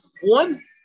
one